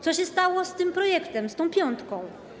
Co się stało z tym projektem, z tą piątką?